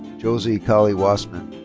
jozee cali wassman.